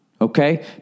okay